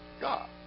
God